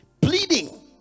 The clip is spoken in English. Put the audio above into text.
pleading